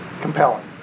compelling